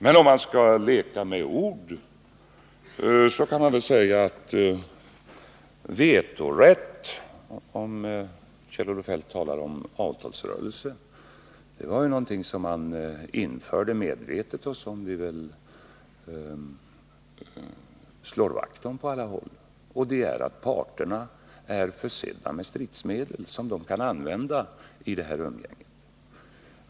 Men för att leka med ord så är vetorätt, Kjell-Olof Feldt, något som man i samband med avtalsrörelser medvetet har infört, och det är väl också något som alla slår vakt om. Parterna är försedda med stridsmedel, som de kan använda i detta umgänge.